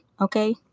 Okay